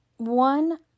One